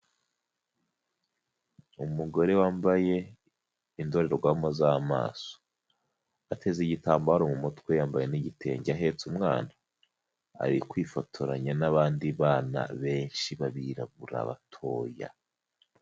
Umugore wambaye indorerwamo z'amaso, ateze igitambaro mu mutwe yambaye n'igitenge ahetse umwana, ari kwifotoranya n'abandi bana benshi b'abirabura batoya.